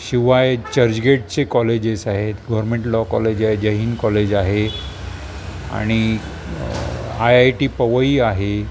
शिवाय चर्चगेटचे कॉलेजेस आहेत गव्हर्मेंट लॉ कॉलेज आहे जय हिंद कॉलेज आहे आणि आयआयटी पवई आहे